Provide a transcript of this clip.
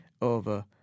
over